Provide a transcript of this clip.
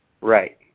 Right